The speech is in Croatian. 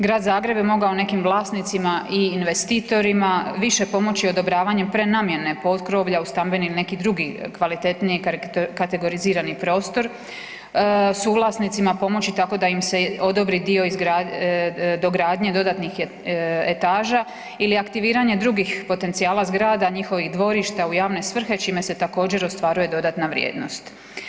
Grad Zagreb je mogao nekim vlasnicima i investitorima više pomoći odobravanjem prenamjene potkrovlja u stambeni ili neki drugi kvalitetniji kategorizirani prostor, suvlasnicima pomoći tako da im se odobri dio dogradnje dodatnih etaža ili aktiviranja drugih potencijala zgrada njihovih dvorišta u javne svrhe čime se također ostvaruje dodatna vrijednost.